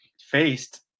faced